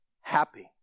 happy